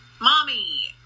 Mommy